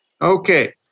Okay